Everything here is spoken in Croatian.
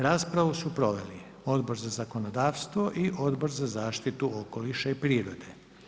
Raspravu su proveli Odbor za zakonodavstvo i Odbor za zaštitu okoliša i prirode.